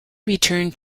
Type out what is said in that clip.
returned